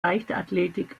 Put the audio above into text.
leichtathletik